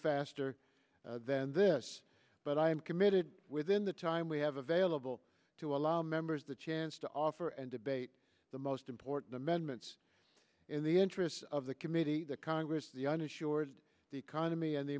faster than this but i am committed within the time we have available to allow members the chance to offer and debate the most important amendments in the interests of the committee the congress the uninsured the economy and the